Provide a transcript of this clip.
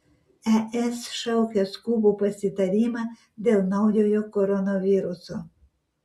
es šaukia skubų pasitarimą dėl naujojo koronaviruso